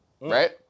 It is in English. Right